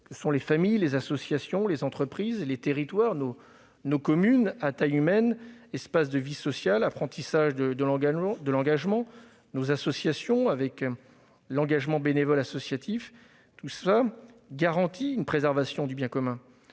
que sont les familles, les entreprises, les territoires, nos communes à taille humaine, espaces de vie sociale et d'apprentissage de l'engagement, nos associations, avec l'engagement bénévole associatif, garantissent une préservation du bien commun.